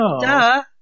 Duh